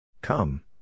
Come